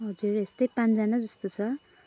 हजुर यस्तै पाँचजना जस्तो छ